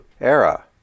Era